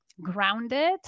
grounded